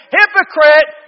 hypocrite